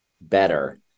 better